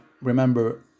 Remember